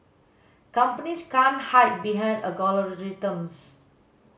companies can't hide behind algorithms